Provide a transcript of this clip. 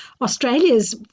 australia's